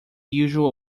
usual